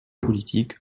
politique